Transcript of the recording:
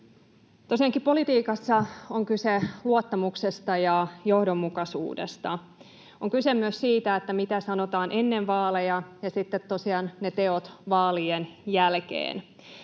Tosiaankin politiikassa on kyse luottamuksesta ja johdonmukaisuudesta. On kyse myös siitä, mitä sanotaan ennen vaaleja, ja sitten tosiaan teoista vaalien jälkeen.